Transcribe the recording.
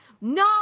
No